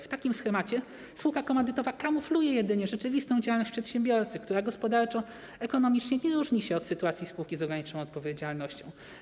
W takim schemacie spółka komandytowa kamufluje jedynie rzeczywistą działalność przedsiębiorcy, która gospodarczo, ekonomicznie nie różni się od sytuacji spółki z ograniczoną odpowiedzialnością.